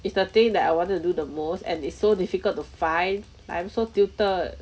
is the thing that I wanted to do the most and it's so difficult to find like I'm so tilted